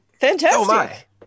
Fantastic